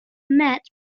met